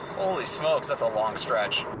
holy smokes that's a long stretch.